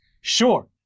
Sure